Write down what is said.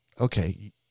okay